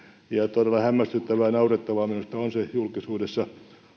todella hämmästyttävä ja naurettava minusta on se julkisuudessa